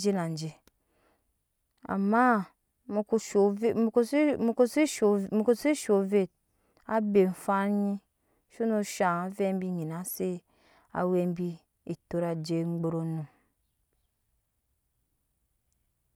je na amma muko ko sho mu ko se shoo ovet wa be fan nyishini shaŋ avɛɛ bi nyina ze awe bi eto ajei gburunum